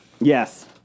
Yes